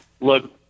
look